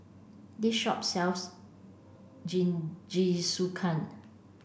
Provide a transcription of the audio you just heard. this shop sells Jingisukan